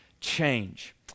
change